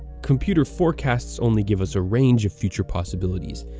computer forecasts only give us a range of future possibilities,